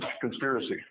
conspiracy